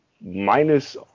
minus